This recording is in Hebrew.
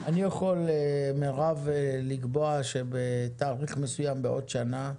אני יכול לקבוע שבתאריך מסוים בעוד שנה,